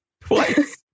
twice